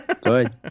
Good